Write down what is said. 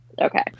Okay